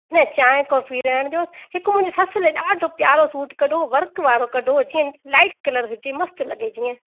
न चांहि कॉफ़ी रहण ॾियो हिकु मुंहिंजी ससु लाइ ॾाढो प्यारो सूट कढो वर्क वारो कढो जीअं लाइट कलर हुजे मस्तु लॻे जीअं